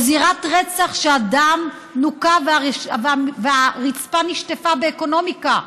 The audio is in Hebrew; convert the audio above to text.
או זירת רצח שבה הדם נוקה והרצפה נשטפה באקונומיקה,